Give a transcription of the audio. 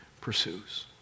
pursues